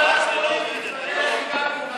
ההצעה להעביר את הצעת חוק הדרכונים (תיקון מס' 7),